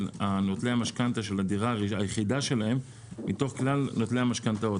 נוטלי המשכנתה של הדירה היחידה שלהם מתוך כלל נותני המשכנתאות.